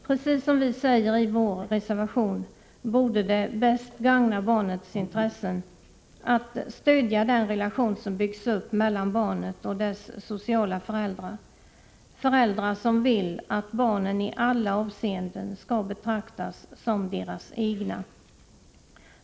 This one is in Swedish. Precis som vi säger i vår reservation borde det bäst gagna barnets intressen om den relation stöds som byggts upp mellan barnet och dess sociala föräldrar — föräldrar som vill att barnen i alla avseenden skall betraktas som deras egna.